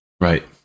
right